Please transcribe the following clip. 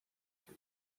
from